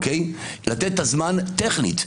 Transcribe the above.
לתת את הזמן טכנית.